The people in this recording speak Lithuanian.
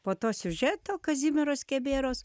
po to siužeto kazimiero skebėros